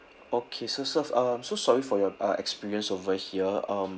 okay so sir um so sorry for your uh experience over here um